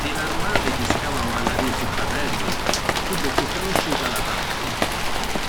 Di l’armali chi scavanu gallàrii sutta terra, chiddu chiù canusciutu è la tarpa.